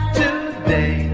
today